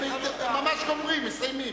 ממש גומרים, מסיימים.